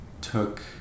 took